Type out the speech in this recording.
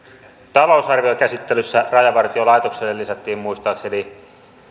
talousarviokäsittelyssä rajavartiolaitokselle lisättiin muistaakseni